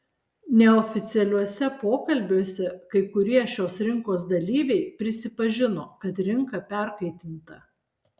neoficialiuose pokalbiuose kai kurie šios rinkos dalyviai prisipažino kad rinka perkaitinta